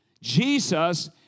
Jesus